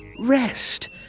rest